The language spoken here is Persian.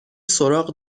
سراغ